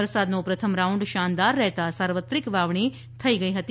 વરસાદનો પ્રથમ રાઉન્ડ શાનદાર રહેતા સાર્વત્રિક વાવણી થઇ ગઇ હતી